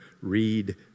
Read